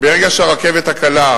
ברגע שהרכבת הקלה,